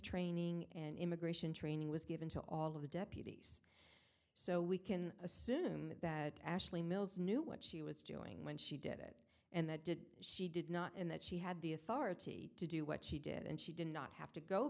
training and immigration training was given to all of the deputies so we can assume that ashley mills knew what she was doing when she did it and that did she did not in that she had the authority to do what she did and she did not have to go